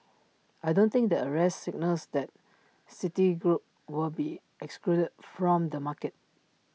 I don't think the arrest signals that citigroup will be excluded from the market